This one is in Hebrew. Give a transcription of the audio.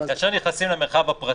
כאשר נכנסים למרחב הפרטי,